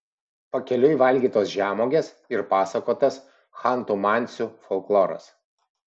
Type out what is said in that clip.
pakeliui valgytos žemuogės ir pasakotas chantų mansių folkloras